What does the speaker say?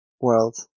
world